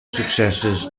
successes